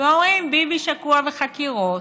ואומרות: ביבי שקוע בחקירות,